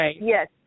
yes